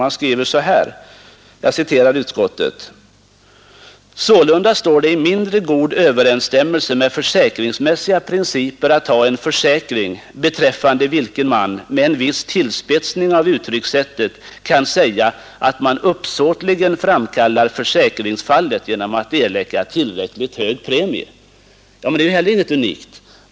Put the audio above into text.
Man skriver så här: ”Sålunda står det i mindre god överensstämmelse med försäkringsmässiga principer att ha en försäkring, beträffande vilken man, med en viss tillspetsning av uttryckssättet, kan säga att man uppsåtligen framkallar försäkringsfallet genom att erlägga tillräckligt ”hög premie”.” Men det är heller inget unikt.